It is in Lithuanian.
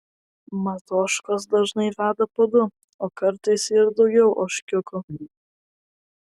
mat ožkos dažnai veda po du o kartais ir daugiau ožkiukų